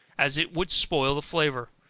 as it would spoil the flavor,